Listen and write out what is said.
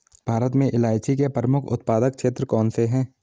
भारत में इलायची के प्रमुख उत्पादक क्षेत्र कौन से हैं?